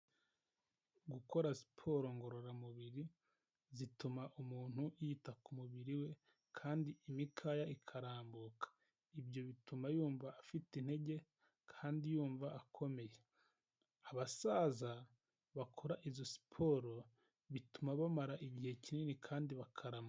Gukora siporo ngororamubiri zituma umuntu yita ku umubiri we kandi imikaya ikarambuka. Ibyo bituma yumva afite intege kandi yumva akomeye. Abasaza bakora izo siporo bituma bamara igihe kinini kandi bakarama.